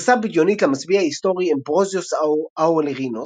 גרסה בדיונית למצביא ההיסטורי אמברוזיוס אאורליאנוס,